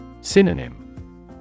Synonym